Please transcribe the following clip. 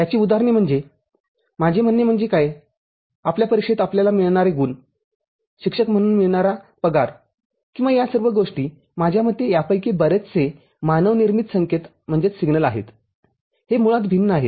याची उदाहरणे म्हणजेमाझे म्हणणे म्हणजे काय आपल्या परीक्षेत आपल्याला मिळणारे गुण शिक्षक म्हणून आपल्याला मिळणारा पगार किंवा या सर्व गोष्टी माझ्या मते यापैकी बरेचसे मानवनिर्मित संकेत हे मुळात भिन्न आहेत